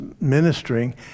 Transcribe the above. ministering